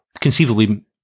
conceivably